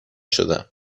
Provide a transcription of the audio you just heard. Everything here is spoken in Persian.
شدم